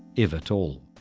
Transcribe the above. if at all.